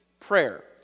Prayer